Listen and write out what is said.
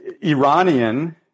Iranian